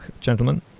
gentlemen